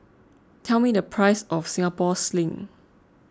tell me the price of Singapore Sling